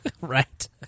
Right